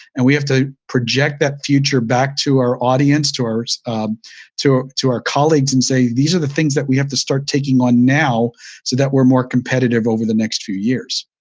and we have to project that future back to our audience, to to to our colleagues and say, these are the things that we have to start taking on now so that we're more competitive over the next few years.